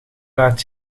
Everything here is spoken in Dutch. laat